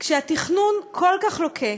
כשהתכנון כל כך לוקה,